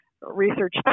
research